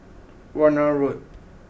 Warna Road